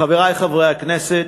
חברי חברי הכנסת,